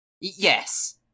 Yes